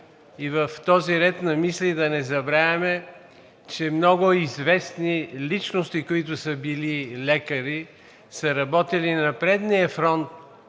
В този ред на мисли да не забравяме, че много известни личности, които са били лекари, са работели на предния фронт